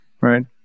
Right